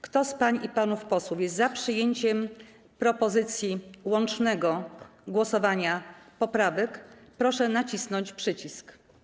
Kto z pań i panów posłów jest za przyjęciem propozycji łącznego głosowania nad poprawkami, proszę nacisnąć przycisk.